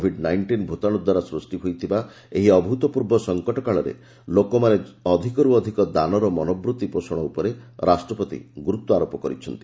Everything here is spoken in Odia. କୋଭିଡ୍ ନାଇଷ୍ଟିନ୍ ଭୂତାଣୁଦ୍ୱାରା ସୃଷ୍ଟି ହୋଇଥିବା ଏହି ଅଭ୍ରତପୂର୍ବ ସଙ୍କଟ କାଳରେ ଲୋକମାନେ ଅଧିକରୁ ଅଧିକ ଦାନର ମନୋବୂଭି ପୋଷଣ ଉପରେ ରାଷ୍ଟ୍ରପତି ଗୁରୁତ୍ୱାରୋପ କରିଛନ୍ତି